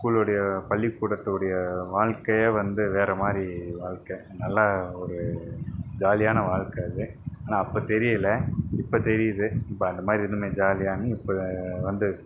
ஸ்கூலுடைய பள்ளிக்கூடத்துடைய வாழ்க்கையே வந்து வேறே மாதிரி வாழ்க்கை நல்ல ஒரு ஜாலியான வாழ்க்கை அது ஆனால் அப்போ தெரியலை இப்ப தெரியுது நம்ம அந்தமாதிரி இருந்தோமே ஜாலியாகன்னு இப்போ வந்து